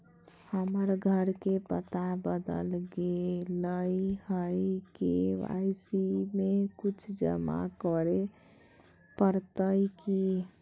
हमर घर के पता बदल गेलई हई, के.वाई.सी में कुछ जमा करे पड़तई की?